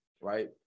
right